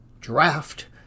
draft